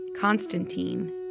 Constantine